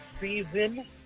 season